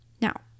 now